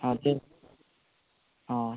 ହଁ ସେ